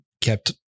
kept